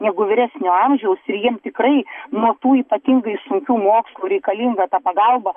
negu vyresnio amžiaus ir jiem tikrai nuo tų ypatingai sunkių mokslų reikalinga ta pagalba